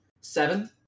seven